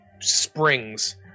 springs